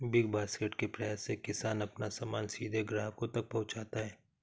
big Basket के प्रयास से किसान अपना सामान सीधे ग्राहक तक पहुंचाता है